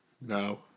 No